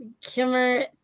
Kimmer